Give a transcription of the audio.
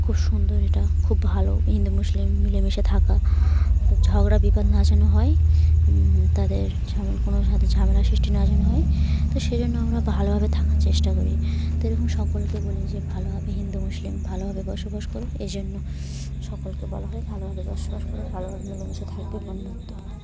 খুব সুন্দর এটা খুব ভালো হিন্দু মুসলিম মিলেমিশে থাকা তো ঝগড়া বিবাদ না যেন হয় তাদের ঝামে কোনো ঝামেলা সৃষ্টি না যেনো হয় তো সেই জন্য আমরা ভালোভাবে থাকার চেষ্টা করি তো এরকম সকলকে বলি যে ভালোভাবে হিন্দু মুসলিম ভালোভাবে বসবাস করো এই জন্য সকলকে বলা হয় ভালোভাবে বসবাস করো ভালোভাবে মিলেমিশে থাকবে বন্ধুত্ব